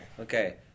Okay